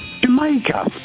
Jamaica